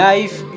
Life